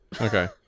Okay